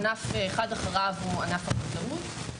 הענף אחד אחריו הוא ענף החקלאות.